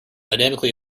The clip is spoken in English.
dynamically